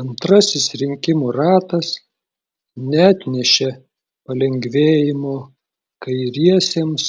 antrasis rinkimų ratas neatnešė palengvėjimo kairiesiems